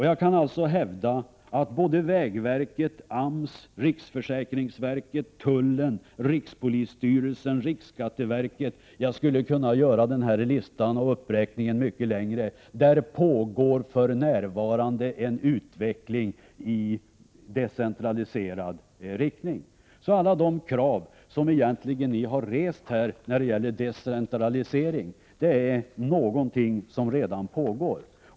Jag kan alltså hävda att på vägverket, AMS, riksförsäkringsverket, tullen, rikspolisstyrelsen och riksskatteverket — jag skulle kunna göra denna lista mycket längre — pågår för närvarande en utveckling i decentraliserad riktning. Alla de krav som har rests här när det gäller decentralisering tillgodoses redan.